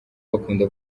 bakunda